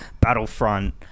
battlefront